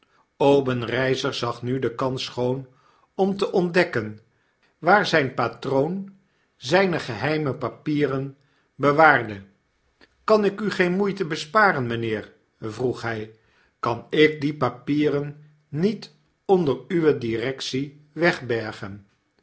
obenreizer zag nu de kans schoon om te ontdekken waar zyn patroon zpe geheime papieren bewaarde kan ik u geen moeitebesparen mynheer vroeg hij kan ik die papieren niet onder uwe directie wegbergen